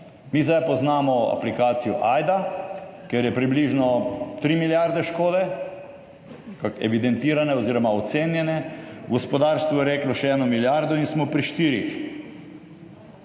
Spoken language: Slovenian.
Mi zdaj poznamo aplikacijo Ajda, ker je približno tri milijarde škode evidentirane, oz. ocenjene, gospodarstvo je reklo še eno milijardo in smo pri štirih.